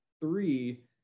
three